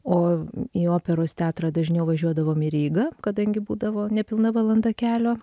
o į operos teatrą dažniau važiuodavom į rygą kadangi būdavo nepilna valanda kelio